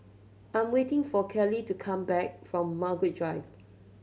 I'm waiting for Kelley to come back from Margaret Drive